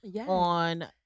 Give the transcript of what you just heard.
on